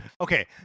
Okay